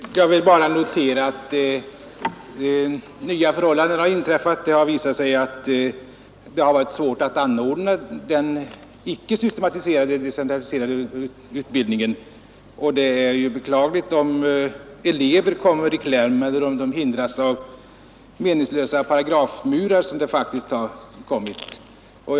Herr talman! Jag vill bara notera att nya förhållanden har inträffat. Det har nämligen visat sig att det har varit svårt att anordna den icke systematiserade decentraliserade utbildningen. Det är ju beklagligt om elever kommer i kläm eller hindras av meningslösa paragrafmurar, vilket här faktiskt har varit fallet.